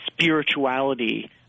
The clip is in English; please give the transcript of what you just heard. spirituality